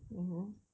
mmhmm